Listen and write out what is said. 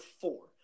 four